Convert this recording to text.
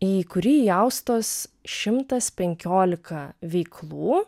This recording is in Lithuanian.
į kurį įaustos šimtas penkiolika veiklų